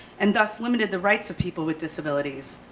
and does limited the rights of people with disabilities.